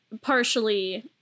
partially